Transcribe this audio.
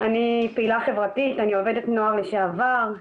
אני פעילה חברתית, אני עובדת נוער לשעבר.